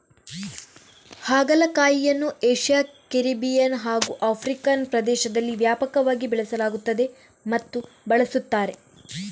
ಹಾಗಲಕಾಯಿಯನ್ನು Asia, Caribbean ಹಾಗೂ African ಪ್ರದೇಶದಲ್ಲಿ ವ್ಯಾಪಕವಾಗಿ ಬೆಳೆಸಲಾಗುತ್ತದೆ ಮತ್ತು ಬಳಸುತ್ತಾರೆ